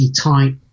tight